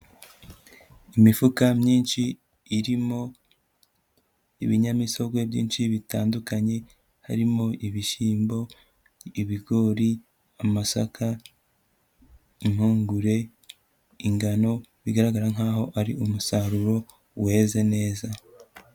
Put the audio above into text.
Imifuka myinshi irimo ibinyamisogwe byinshi bitandukanye, harimo ibishyimbo, ibigori, amasaka, impungure, ingano bigaragara nkaho ari umusaruro weze neza.